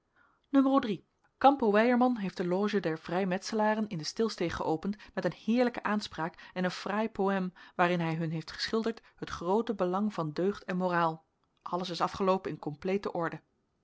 n campo weyerman heeft de loge der vrijmetselaren in de stilsteeg geopend met een heerlijke aanspraak en een fraai poême waarin hij hun heeft geschilderd het groote belang van deugd en moraal alles is afgeloopen in complete orde